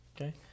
okay